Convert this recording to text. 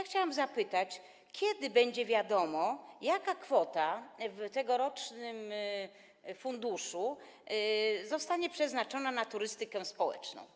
Chciałabym zapytać, kiedy będzie wiadomo, jaka kwota w ramach tegorocznego funduszu zostanie przeznaczona na turystykę społeczną.